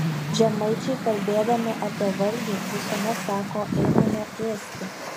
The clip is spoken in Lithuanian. žemaičiai kalbėdami apie valgį visuomet sako einame ėsti